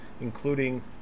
including